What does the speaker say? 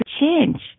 change